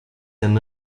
and